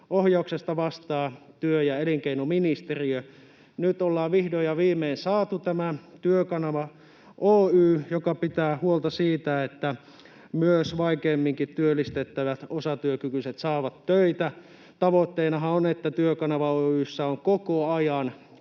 ohjauksesta vastaa työ- ja elinkeinoministeriö. Nyt ollaan vihdoin ja viimein saatu tämä Työkanava Oy, joka pitää huolta siitä, että myös vaikeimminkin työllistettävät osatyökykyiset saavat töitä. Tavoitteenahan on, että Työkanava Oy:ssä on koko ajan